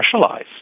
specialize